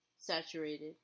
saturated